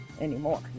anymore